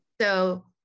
So-